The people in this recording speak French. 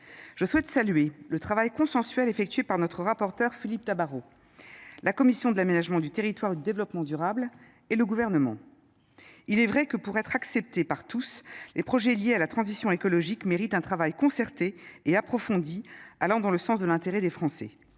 je souhaite saluer le travail consensuel effectué par notre rapporteur Philippe Tabar, la commission Tamaro, la commission de l'aménagement du territoire du développement durable et le gouvernement il est vrai que pour être acceptés par tous les projets liés à la transition écologique méritent un travail concerté et approfondi allant dans le sens de l'intrat des franais